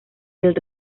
del